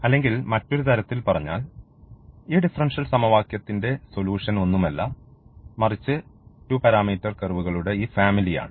അല്ലെങ്കിൽ മറ്റൊരു തരത്തിൽ പറഞ്ഞാൽ ഈ ഡിഫറൻഷ്യൽ സമവാക്യത്തിന്റെ സൊല്യൂഷൻ ഒന്നുമല്ല മറിച്ച് 2 പാരാമീറ്റർ കർവുകളുടെ ഈ ഫാമിലിആണ്